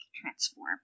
transform